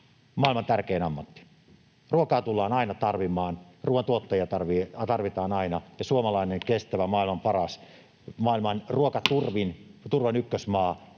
Maailman tärkein ammatti. Ruokaa tullaan aina tarvitsemaan, ruoantuottajia tarvitaan aina, ja suomalainen kestävä, maailman paras, maailman ruokaturvan ykkösmaa